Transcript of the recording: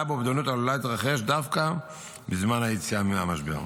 באובדנות עלולה להתרחש דווקא בזמן היציאה מהמשבר.